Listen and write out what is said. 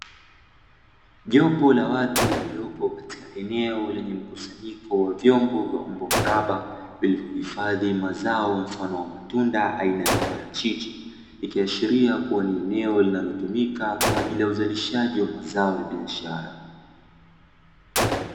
Jopo la watu waliopo katika eneo lenye mkusanyiko wa vyombo vyenye umbo la mraba, vilivyohifadhi mazao ya matunda aina ya maparachichi, ikiashiria kuwa ni eneo linalotumika kwa ajili ya uzalishaji wa mazao ya biashara.